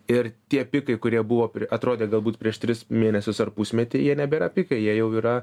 ir tie pikai kurie buvo prie atrodė galbūt prieš tris mėnesius ar pusmetį jie nebėra pikai jie jau yra